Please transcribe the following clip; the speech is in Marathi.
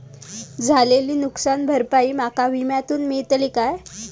झालेली नुकसान भरपाई माका विम्यातून मेळतली काय?